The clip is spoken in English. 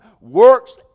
works